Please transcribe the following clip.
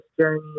journey